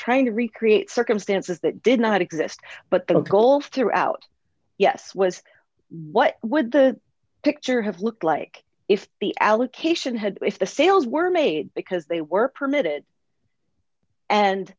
trying to recreate circumstances that did not exist but the goal throughout yes was what would the picture have looked like if the allocation had if the sales were made because they were permitted and